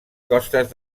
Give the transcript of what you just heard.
costes